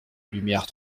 lumière